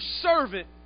servant